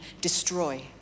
destroy